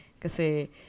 kasi